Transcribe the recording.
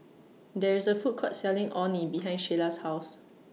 There IS A Food Court Selling Orh Nee behind Shayla's House